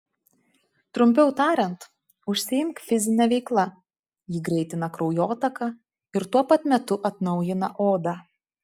trumpiau tariant užsiimk fizine veikla ji greitina kraujotaką ir tuo pat metu atnaujina odą